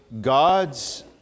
God's